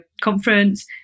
conference